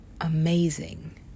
amazing